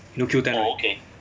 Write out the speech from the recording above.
you know Q ten